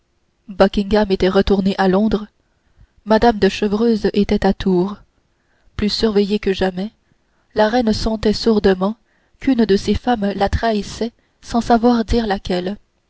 était retourné à londres mme de chevreuse était à tours plus surveillée que jamais la reine sentait sourdement qu'une de ses femmes la trahissait sans savoir dire